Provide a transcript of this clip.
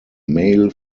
male